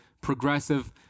progressive